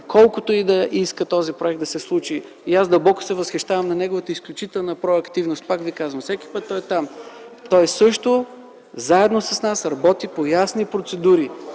колкото и да иска този проект да се случи, аз дълбоко се възхищавам на неговата изключителна активност, всеки път там, той също заедно с нас работи по ясни процедури